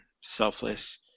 selfless